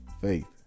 faith